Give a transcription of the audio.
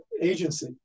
agency